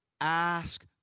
ask